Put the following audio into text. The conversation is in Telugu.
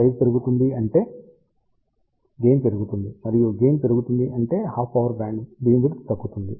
సైజ్ పెరుగుతుంది అంటే గెయిన్ పెరుగుతుంది మరియు గెయిన్ పెరుగుతుంది అంటే హాఫ్ పవర్ బీమ్విడ్త్ తగ్గుతుంది